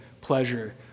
pleasure